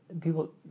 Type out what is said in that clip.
people